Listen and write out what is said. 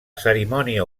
cerimònia